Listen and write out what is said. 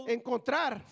encontrar